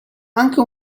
anche